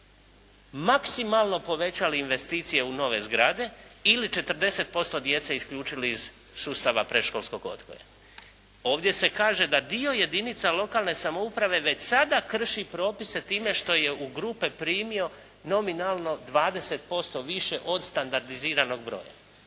maksimalno povećali investicije u nove zgrade ili 40% djece isključili iz sustava predškolskog odgoja. Ovdje se kaže da dio jedinica lokalne samouprave već sada krši propise time što je u grupe primio nominalno 20% više od standardiziranog broja.